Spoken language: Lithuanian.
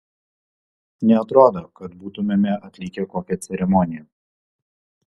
neatrodo kad būtumėme atlikę kokią ceremoniją